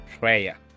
prayer